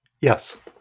Yes